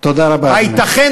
תודה רבה, אדוני.